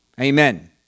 Amen